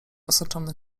osaczony